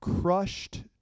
crushed